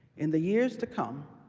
in the years to come,